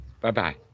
Bye-bye